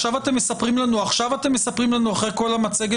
עכשיו אתם מספרים לנו אחרי כל המצגת